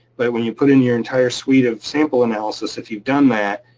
but when you put in your entire suite of sample analysis, if you've done that,